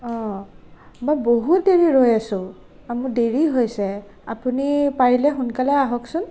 অ মই বহুত দেৰি ৰৈ আছোঁ আৰু মোৰ দেৰি হৈছে আপুনি পাৰিলে সোনকালে আহকচোন